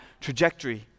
trajectory